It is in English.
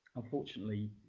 unfortunately,